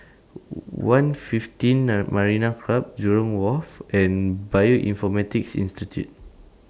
one fifteen Marina Club Jurong Wharf and Bioinformatics Institute